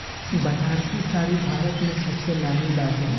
बनारसी साड़ी भारत में सबसे नामी बाटे